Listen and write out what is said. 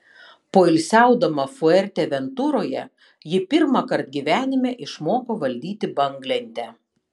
poilsiaudama fuerteventuroje ji pirmąkart gyvenime išmoko valdyti banglentę